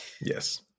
Yes